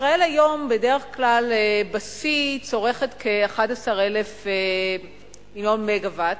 ישראל היום בדרך כלל בשיא צורכת כ-11,000 מגוואט,